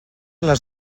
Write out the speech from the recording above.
les